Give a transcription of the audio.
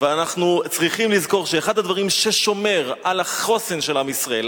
ואנחנו צריכים לזכור שאחד הדברים ששומרים על החוסן של עם ישראל,